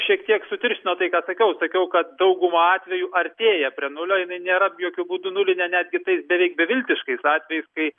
šiek tiek sutirštinot tai ką sakiau sakiau kad dauguma atvejų artėja prie nulio jinai nėra jokiu būdu nulinė netgi tais beveik beviltiškais atvejais kai